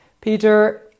Peter